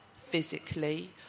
physically